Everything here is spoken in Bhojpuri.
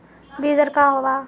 बीज दर का वा?